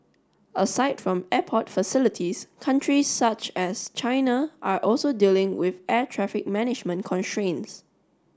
aside from airport facilities countries such as China are also dealing with air traffic management constraints